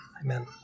Amen